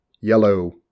yellow